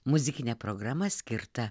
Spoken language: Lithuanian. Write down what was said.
muzikinė programa skirta